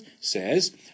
says